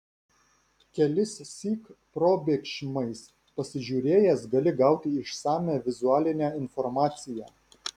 kelissyk probėgšmais pasižiūrėjęs gali gauti išsamią vizualinę informaciją